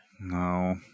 No